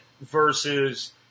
versus